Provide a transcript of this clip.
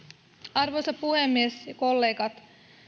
arvoisa puhemies ja kollegat